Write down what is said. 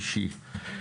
אישית.